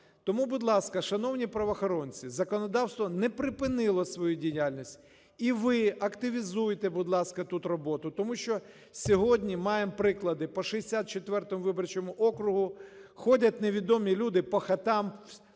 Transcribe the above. Тому, будь ласка, шановні правоохоронці, законодавство не припинило свою діяльність і ви активізуйте, будь ласка, тут роботу. Тому що сьогодні маємо приклади: по 64 виборчому округу ходять невідомі люди по хатам,